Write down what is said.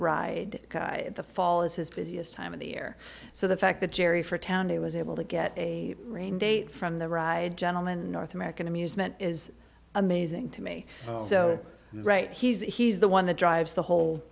ride in the fall is his busiest time of the year so the fact that jerry for town he was able to get a rain date from the ride gentlemen north american amusement is amazing to me so right he's the one that drives the whole